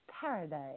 Paradise